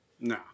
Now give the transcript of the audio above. No